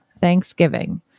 Thanksgiving